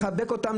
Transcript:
לחבק אותם,